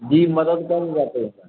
जी मदद